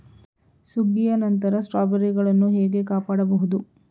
ಸುಗ್ಗಿಯ ನಂತರ ಸ್ಟ್ರಾಬೆರಿಗಳನ್ನು ಹೇಗೆ ಕಾಪಾಡ ಬಹುದು?